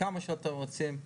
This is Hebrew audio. כמה שאתם רוצים.